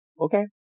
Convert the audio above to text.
okay